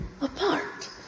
apart